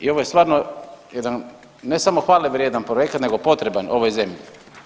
I ovo je stvarno jedan ne samo hvale vrijedan projekat nego potreban ovoj zemlji.